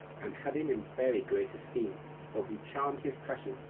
and had him in very great esteem for he charmed his passion,